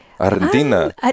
Argentina